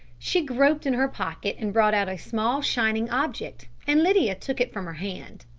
she groped in her pocket and brought out a small shining object, and lydia took it from her hand.